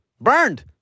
Burned